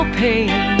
pain